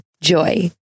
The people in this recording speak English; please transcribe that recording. Joy